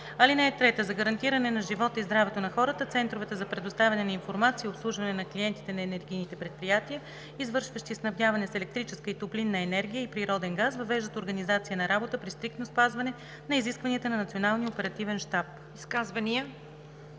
сигурност. (3) За гарантиране на живота и здравето на хората, центровете за предоставяне на информация и обслужване на клиентите на енергийните предприятия, извършващи снабдяване с електрическа и топлинна енергия и природен газ, въвеждат организация на работа, при стриктно спазване на изискванията на Националния оперативен щаб.“